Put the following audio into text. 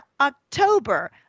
October